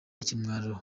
ikimwaro